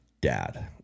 dad